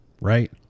Right